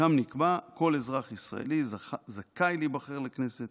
שם נקבע: "כל אזרח ישראלי זכאי להיבחר לכנסת